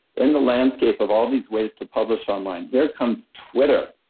in the landscape of all these ways to publish online, here comes twitter.